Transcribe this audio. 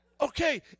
Okay